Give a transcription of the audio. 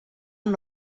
amb